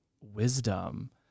wisdom